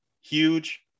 huge